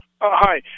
Hi